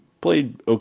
played –